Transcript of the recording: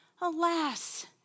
Alas